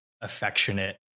affectionate